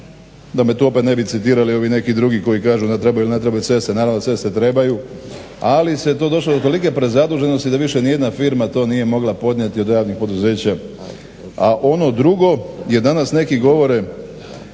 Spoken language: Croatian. da me tu opet ne bi citirali ovi neki drugi koji kažu da li trebaju ili ne trebaju ceste. Naravno da ceste trebaju, ali se to došlo do tolike prezaduženosti da više ni jedna firma nije mogla to podnijeti od radnih poduzeća. A ono drugo je danas neki govore